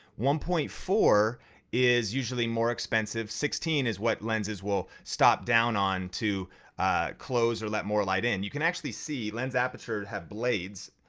one point four is usually more expensive, sixteen is what lenses will stop down on to close or let more light in. you can actually see lens aperture have blades,